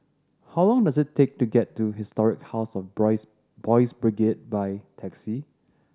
how long does it take to get to Historic House of Boys' Brigade by taxi